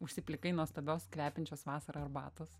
užsiplikai nuostabios kvepiančios vasara arbatos